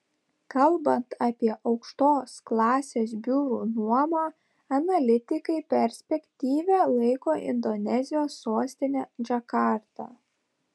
kalbant apie aukštos klasės biurų nuomą analitikai perspektyvia laiko indonezijos sostinę džakartą